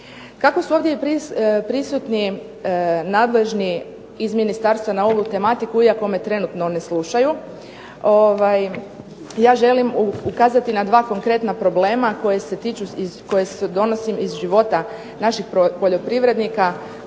Kako su ovdje prisutni nadležni iz ministarstva na ovu tematiku, iako me trenutno ne slušaju, ja želim ukazati na dva konkretna problema koji su se donosili iz života naših poljoprivrednika,